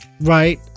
Right